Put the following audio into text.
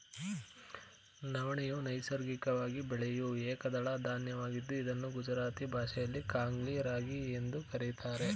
ನವಣೆಯು ನೈಸರ್ಗಿಕವಾಗಿ ಬೆಳೆಯೂ ಏಕದಳ ಧಾನ್ಯವಾಗಿದೆ ಇದನ್ನು ಗುಜರಾತಿ ಭಾಷೆಯಲ್ಲಿ ಕಾಂಗ್ನಿ ರಾಗಿ ಎಂದು ಕರಿತಾರೆ